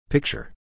Picture